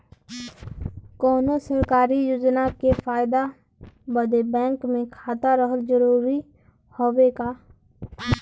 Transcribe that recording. कौनो सरकारी योजना के फायदा बदे बैंक मे खाता रहल जरूरी हवे का?